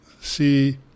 see